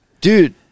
dude